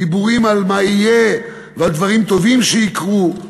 דיבורים על מה יהיה ועל דברים טובים שיקרו,